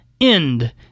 end